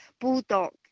bulldog